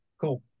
Cool